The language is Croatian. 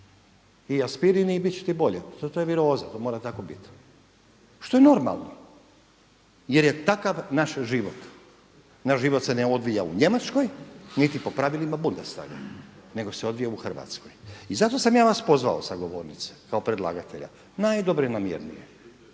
i aspirin i bit će ti bolje, to je viroza to mora tako biti, što je normalno jer je takav naš život. Naš život se ne odvija u Njemačkoj niti po pravilima Bundestaga nego se odvija u Hrvatskoj. I zato sam ja vas pozvao sa govornice kao predlagatelja najdobronamjernije